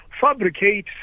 fabricate